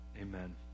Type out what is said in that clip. Amen